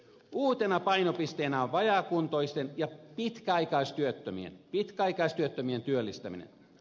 uutena painopisteenä on vajaakuntoisten ja pitkäaikaistyöttömien pitkäaikaistyöttömien työllistäminen